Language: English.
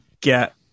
get